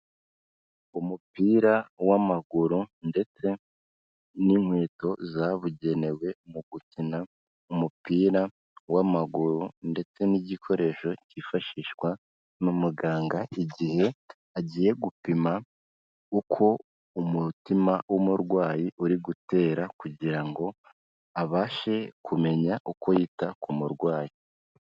Umupira w'amaguru ndetse n'inkweto zabugenewe mu gukina umupira w'amaguru ndetse n'igikoresho cyifashishwa na muganga igihe agiye gupima uko umutima w'umurwayi uri gutera kugira ngo abashe kumenya uko yita k'umurwayi.